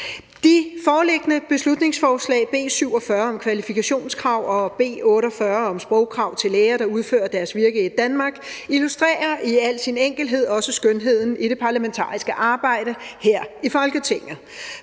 De foreliggende beslutningsforslag, B 47 om kvalifikationskrav og B 48 om sprogkrav til læger, der udfører deres virke i Danmark, illustrerer i al deres enkelhed også skønheden i det parlamentariske arbejde her i Folketinget.